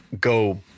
go